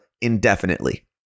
indefinitely